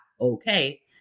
Okay